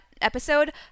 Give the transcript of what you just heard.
episode